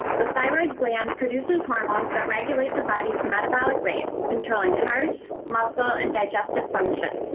the thyroid gland produces hormones that regulate the body's metabolic rate, controlling heart, muscle, and digestive function,